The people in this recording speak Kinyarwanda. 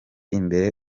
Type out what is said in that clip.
imbere